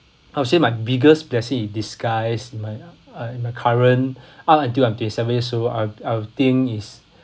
I'll say my biggest blessing in disguise my uh I my current up until I am twenty seven years old I'll I'll think is